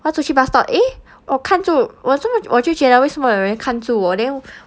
要出去 bus stop eh 我看住我真的我就觉得为什么有人看住我 then